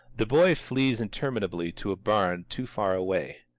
the boy flees interminably to a barn too far away.